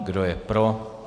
Kdo je pro?